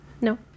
No